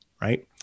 Right